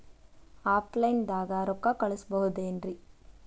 Offline ದಾಗ ರೊಕ್ಕ ಕಳಸಬಹುದೇನ್ರಿ?